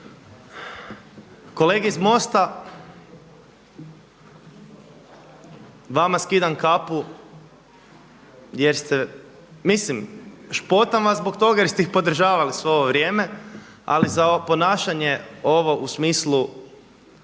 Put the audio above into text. Kolege iz MOST-a vama skidam kapu, jer ste mislim špotam vas zbog toga jer ste ih podržavali svo ovo vrijeme. Ali za ponašanje ovo u smislu